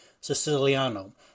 Siciliano